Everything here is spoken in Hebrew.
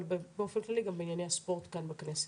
אבל באופן כללי גם בענייני הספורט כאן בכנסת.